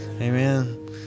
Amen